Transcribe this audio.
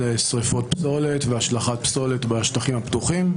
שריפות פסולת והשלכת פסולת בשטחים הפתוחים.